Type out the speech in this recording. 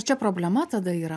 čia problema tada yra